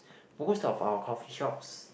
most of our coffee shops